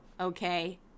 Okay